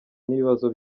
n’ibibazo